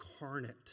incarnate